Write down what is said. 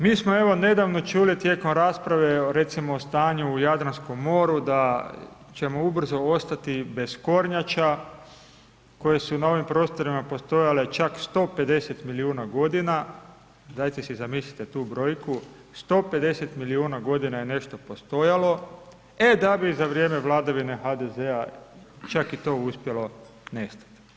Mi smo evo nedavno čuli tijekom rasprave recimo o stanju u Jadranskom moru da ćemo ubrzo ostati bez kornjača koje su na ovim prostorima postojale čak 150 milijuna godina, dajte si zamislite tu brojku, 150 milijuna godina je nešto postojalo e da bi za vrijeme vladavine HDZ-a čak i to uspjelo nestati.